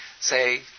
say